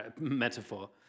metaphor